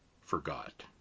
forgot